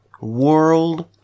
world